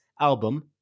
album